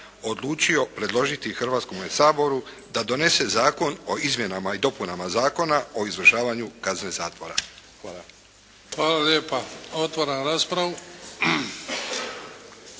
odlučio predložiti Hrvatskome saboru da donese Zakon o izmjenama i dopunama Zakona o izvršavanju kazne zatvora. Hvala. **Bebić, Luka (HDZ)** Hvala lijepa. Otvaram raspravu.